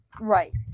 right